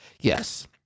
Yes